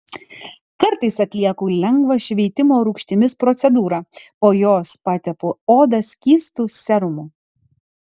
kartais atlieku lengvą šveitimo rūgštimis procedūrą po jos patepu odą skystu serumu